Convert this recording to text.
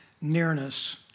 nearness